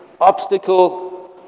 obstacle